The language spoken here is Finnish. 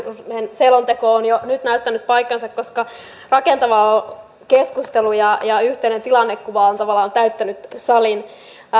selonteko on jo nyt näyttänyt paikkansa koska rakentava keskustelu ja ja yhteinen tilannekuva ovat tavallaan täyttäneet salin